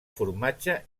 formatge